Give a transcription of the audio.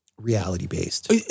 reality-based